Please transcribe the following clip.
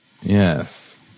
Yes